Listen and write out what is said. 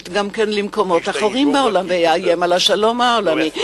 למקומות אחרים בעולם ויאיים על השלום העולמי.